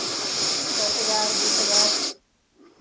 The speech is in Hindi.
दस हज़ार बीस हज़ार